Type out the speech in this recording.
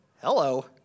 Hello